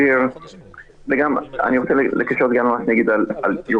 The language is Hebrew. אני רוצה לקשר את זה גם לאירועים.